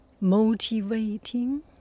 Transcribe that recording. motivating